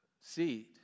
seed